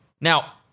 Now